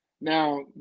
Now